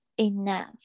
enough